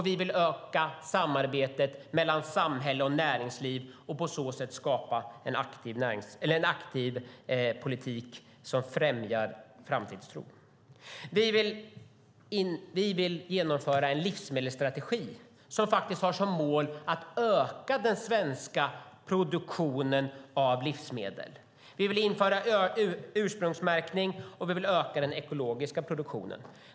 Vi vill öka samarbetet mellan samhälle och näringsliv och på så sätt skapa en aktiv politik som främjar framtidstro. Vi vill genomföra en livsmedelsstrategi som har som mål att öka den svenska produktionen av livsmedel. Vi vill införa ursprungsmärkning. Vi vill öka den ekologiska produktionen.